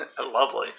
Lovely